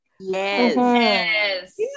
yes